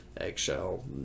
eggshell